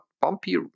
bumpy